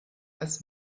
als